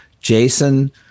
Jason